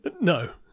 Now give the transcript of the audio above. No